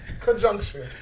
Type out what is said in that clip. Conjunction